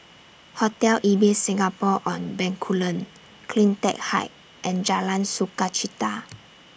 Hotel Ibis Singapore on Bencoolen CleanTech Height and Jalan Sukachita